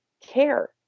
care